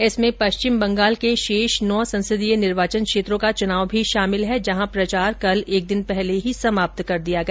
इसमें पश्चिम बंगाल के शेष नौ संसदीय निर्वाचन क्षेत्रों का चुनाव भी शामिल है जहां प्रचार कल एक दिन पहले ही समाप्त कर दिया गया